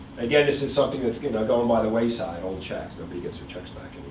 again, this is something that's going by going by the wayside old checks. nobody gets their checks back and